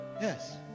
yes